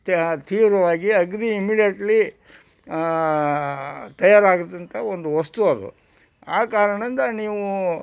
ತ ತೀವ್ರವಾಗಿ ಅಗ್ದಿ ಇಮಿಡಿಯೆಟ್ಲಿ ತಯಾರಾಗಿರತಕ್ಕಂತ ಒಂದು ವಸ್ತು ಅದು ಆ ಕಾರಣದಿಂದ ನೀವು